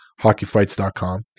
hockeyfights.com